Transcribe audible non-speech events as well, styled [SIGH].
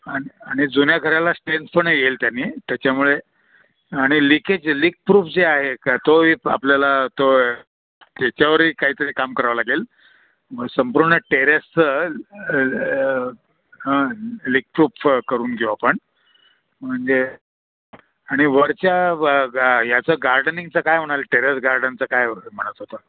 आणि आणि जुन्या घराला [UNINTELLIGIBLE] येईल त्याने त्याच्यामुळे आणि लिकेज लीकप्रूफ जे आहे का तोही आपल्याला तो त्याच्यावरही काहीतरी काम करावं लागेल मग संपूर्ण टेरेसचं हं लिकप्रूफ करून घेऊ आपण म्हणजे आणि वरच्या व गा याचं गार्डनिंगचं काय म्हणाल टेरेस गार्डनचं काय हो म्हणत होता